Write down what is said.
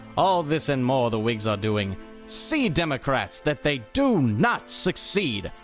all this and more the whigs are doing see democrats that they do not succeed.